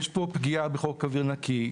יש פה פגיעה בחוק אוויר נקי,